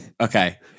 Okay